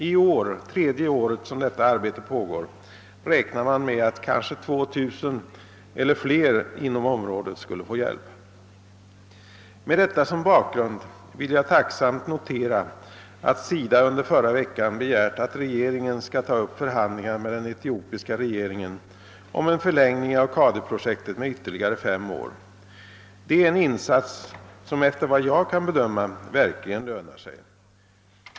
I år, tredje året som detta arbete pågår, räknade man med att kanske 2 000 eller flera inom området skulle få hjälp. Med detta som bakgrund vill jag tacksamt notera, att SIDA under förra veckan begärt, att regeringen skall ta upp förhandlingar med den etiopiska regeringen om en förlängning av CADU projektet med ytterligare fem år. Det är en insats som efter vad jag kan bedöma verkligen lönar sig.